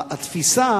התפיסה